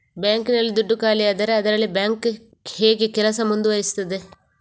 Bank ನಲ್ಲಿ ದುಡ್ಡು ಖಾಲಿಯಾದರೆ ಅದರಲ್ಲಿ ಬ್ಯಾಂಕ್ ಹೇಗೆ ಕೆಲಸ ಮುಂದುವರಿಸುತ್ತದೆ?